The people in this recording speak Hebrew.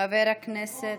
חבר הכנסת,